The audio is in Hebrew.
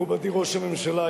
מכובדי ראש הממשלה,